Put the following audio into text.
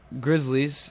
Grizzlies